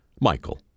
Michael